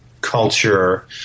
culture